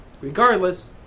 Regardless